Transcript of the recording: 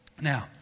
Now